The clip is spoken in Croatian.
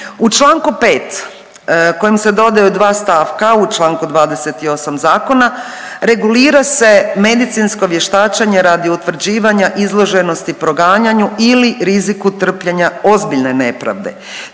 U Člankom 5. kojem se dodaju dva stavka u Članku 28. zakona regulira se medicinsko vještačenje radi utvrđivanja izloženosti proganjanju ili riziku trpljenja ozbiljne nepravde.